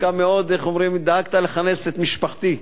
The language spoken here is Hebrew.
דווקא מאוד, איך אומרים, דאגת לכנס את משפחתי,